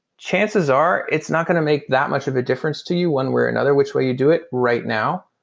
chances are it's not going to make that much of a difference to you one way or another, which way you do it right now,